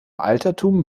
altertum